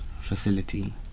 facility